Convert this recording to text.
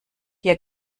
hier